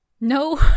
No